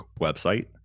website